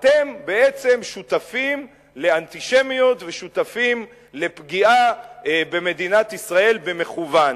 אתם בעצם שותפים לאנטישמיות ושותפים לפגיעה במדינת ישראל במכוון.